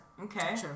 Okay